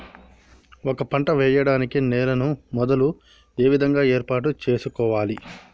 ఒక పంట వెయ్యడానికి నేలను మొదలు ఏ విధంగా ఏర్పాటు చేసుకోవాలి?